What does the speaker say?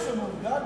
פשע מאורגן?